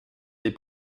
les